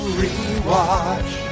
rewatch